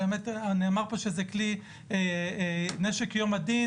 נאמר פה שזה כלי נשק יום הדין,